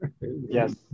Yes